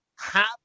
Happy